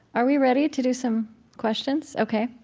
are we ready to do some questions? ok.